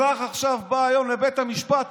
אזרח בא היום לבית המשפט,